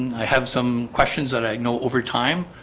i have some questions that i know over time.